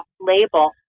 label